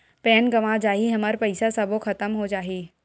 Pan गंवा जाही हमर पईसा सबो खतम हो जाही?